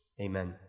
Amen